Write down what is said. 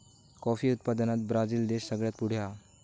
coffee उत्पादनात Brazil देश सगळ्यात पुढे हा